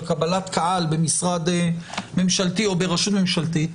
על קבלת קהל במשרדי ממשלתי או ברשות ממשלתית,